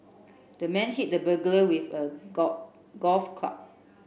the man hit the burglar with a golf golf club